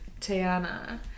Tiana